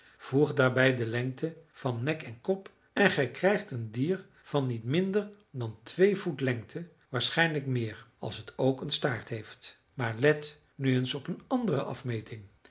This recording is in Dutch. voeg daarbij de lengte van nek en kop en gij krijgt een dier van niet minder dan twee voet lengte waarschijnlijk meer als het ook een staart heeft maar let nu eens op een andere afmeting